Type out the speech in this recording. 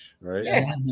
right